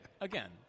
again